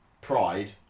pride